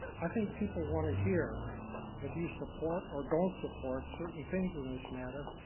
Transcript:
i think people want to hear if you support or don't support certain things in this matter.